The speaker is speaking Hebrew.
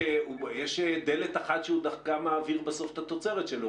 יש דלת אחת שדרכה בסוף הוא מעביר את התוצרת שלו,